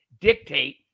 dictate